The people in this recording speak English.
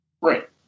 Right